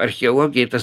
archeologijai tas